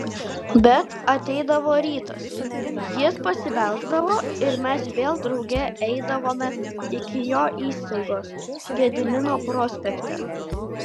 bet ateidavo rytas jis pasibelsdavo ir mes vėl drauge eidavome iki jo įstaigos gedimino prospekte